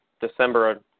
December